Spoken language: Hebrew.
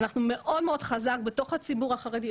אנחנו מאוד מאוד חזק בתוך הציבור החרדי,